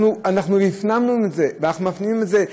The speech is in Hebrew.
אנחנו הפנמנו את זה ואנחנו מפנימים את זה.